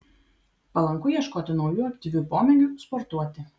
palanku ieškoti naujų aktyvių pomėgių sportuoti